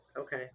Okay